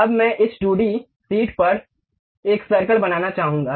अब मैं इस 2d शीट पर एक सर्कल बनाना चाहूंगा